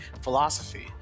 philosophy